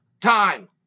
time